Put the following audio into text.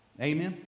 Amen